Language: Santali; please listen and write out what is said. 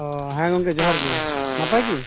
ᱚᱸᱻ ᱦᱮᱸ ᱜᱚᱢᱠᱮ ᱡᱚᱦᱟᱨ ᱜᱮ ᱱᱟᱯᱟᱭ ᱜᱮ